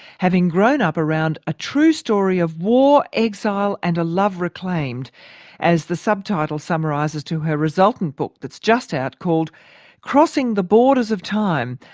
having grown up around a true story of war, exile and a love reclaimed as the subtitle summarises to her resultant book that's just out, called crossing the borders of time.